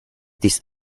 this